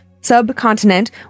subcontinent